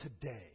today